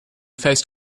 faced